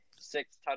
six